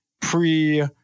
pre